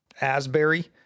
Asbury